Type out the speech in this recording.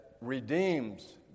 redeems